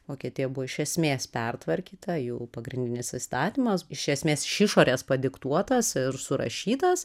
vokietija buvo iš esmės pertvarkyta jų pagrindinis įstatymas iš esmės ši išorės padiktuotas ir surašytas